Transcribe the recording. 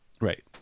Right